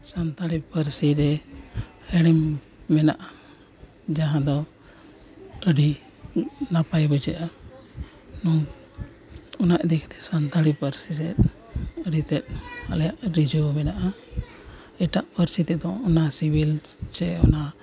ᱥᱟᱱᱛᱟᱲᱤ ᱯᱟᱹᱨᱥᱤ ᱨᱮ ᱦᱮᱲᱮᱢ ᱢᱮᱱᱟᱜᱼᱟ ᱡᱟᱦᱟᱸ ᱫᱚ ᱟᱹᱰᱤ ᱱᱟᱯᱟᱭ ᱵᱩᱡᱷᱟᱹᱜᱼᱟ ᱱᱚᱣᱟ ᱚᱱᱟ ᱤᱫᱤ ᱠᱟᱛᱮᱫ ᱥᱟᱱᱛᱟᱲᱤ ᱯᱟᱹᱨᱥᱤ ᱥᱮᱫ ᱟᱹᱰᱤᱛᱮᱫ ᱟᱞᱮᱭᱟᱜ ᱨᱤᱡᱷᱟᱹᱣ ᱢᱮᱱᱟᱜᱼᱟ ᱮᱴᱟᱜ ᱯᱟᱹᱨᱥᱤ ᱛᱮᱫᱚ ᱚᱱᱟ ᱥᱤᱵᱤᱞ ᱪᱮ ᱚᱱᱟ